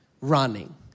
running